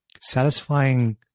satisfying